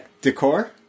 decor